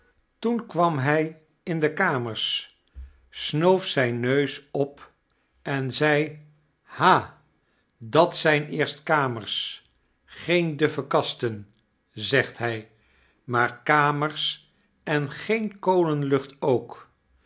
toen kwam hy in de kamers snoof zijn neus op en zei w ha dat zyn eerst kamers geen duffe kasten zegt hy maar kamers en geen koleniucht ook